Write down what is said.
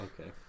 okay